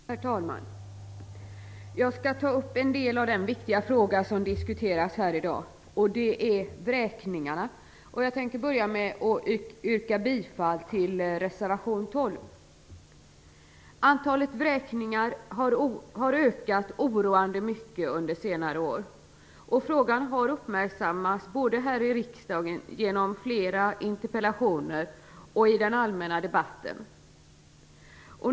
Herr talman! Jag skall ta upp en del av den viktiga fråga som diskuteras här i dag, nämligen vräkningarna. Jag tänker börja med att yrka bifall till reservation 12. Antalet vräkningar har ökat oroande mycket under senare år. Frågan har uppmärksammats både här i riksdagen, genom flera interpellationer, och i den allmänna debatten.